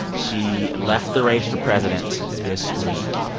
she left the race for president this week.